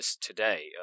today